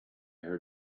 heard